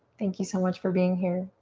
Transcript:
thank you so much for being here.